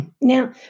Now